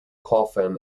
coffin